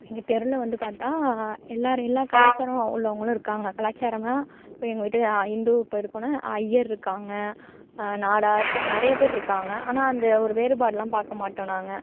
எங்கள் தெருவில் வந்து பார்த்தா எல்லாரும் எல்லா கலாச்சாரம் உள்ளவங்களும் இருக்காங்க கலாச்சாரம்னால் இப்போ எங்கள் வீட்டு ஹிந்து இப்போது இருக்கோம்னால் ஐயர் இருக்காங்க நாடார் நிறையா பேர் இருக்காங்க ஆனால் அந்த ஒரு வேறுபாடெலாம் பார்க்கமாட்டோம் நாங்கள்